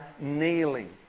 kneeling